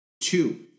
Two